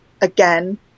again